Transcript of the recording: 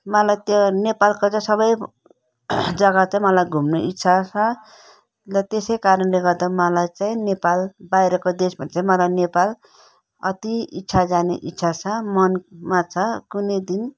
मलाई त्यो नेपालको चाहिँ सबै जग्गा चाहिँ मलाई घुम्नु इच्छा छ र त्यसै कारणले गर्दा मलाई चाहिँ नेपाल बाहिरको देशभन्दा चाहिँ मलाई नेपाल अति इच्छा जाने इच्छा छ मनमा छ कुनै दिन